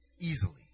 easily